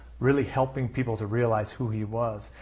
really helping people to realize who he was.